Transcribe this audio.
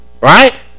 right